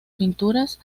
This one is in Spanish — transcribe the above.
pinturas